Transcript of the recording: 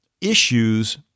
issues